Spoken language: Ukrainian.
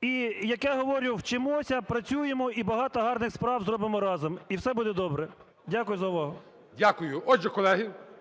І, як я говорю, вчимося, працюємо і багато гарних справ зробимо разом. І все буде добре. Дякую за увагу. ГОЛОВУЮЧИЙ. Дякую. Отже, колеги,